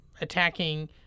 Attacking